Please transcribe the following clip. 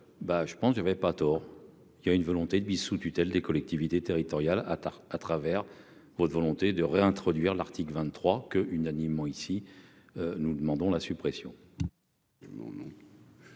je pense, je ne vais pas tort, il y a une volonté de mise sous tutelle des collectivités territoriales à tard à travers votre volonté de réintroduire l'article 23 que unanimement ici, nous demandons la suppression.